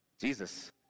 Jesus